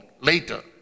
later